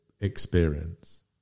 experience